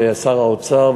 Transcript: ושר האוצר,